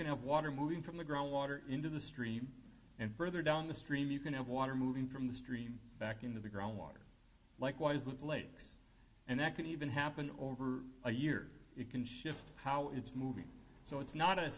can have water moving from the ground water into the stream and further down the stream you can have water moving from the stream back into the groundwater likewise with lakes and that can even happen over a year it can shift how it's moving so it's not a